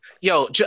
yo